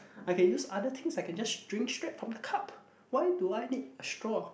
I can use other things I can just drink straight from the cup why do I need straw